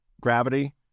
gravity